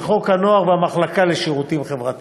סוציאליים לחוק הנוער והמחלקה לשירותים חברתיים.